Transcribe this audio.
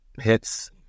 hits